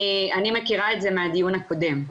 אני מכירה את זה מהדיון הקודם.